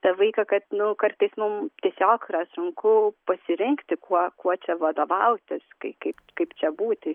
tą vaiką kad nu kartais mum tiesiog yra sunku pasirinkti kuo kuo čia vadovautis kai kaip kaip čia būti